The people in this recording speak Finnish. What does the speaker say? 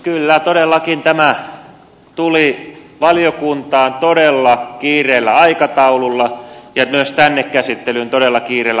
kyllä todellakin tämä tuli valiokuntaan ja myös tänne käsittelyyn todella kiireisellä aikataululla